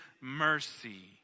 mercy